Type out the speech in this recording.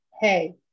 hey